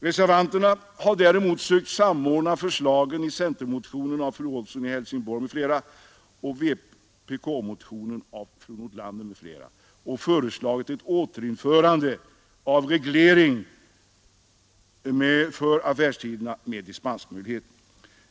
Reservanterna har däremot sökt samordna förslagen i centermotionen av fru Olsson i Helsingborg m.fl. och vpk-motionen av fru Nordlander m.fl. och föreslagit ett återinförande av reglering av affärstiderna med dispensmöjligheter.